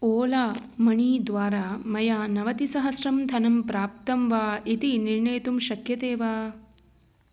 Ola Money द्वारा मया नवतिसहस्रं धनं प्राप्तं वा इति निर्णेतुं शक्यते वा